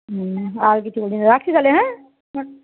হুম আর কিছু বলছি না রাখি তাহলে হ্যাঁ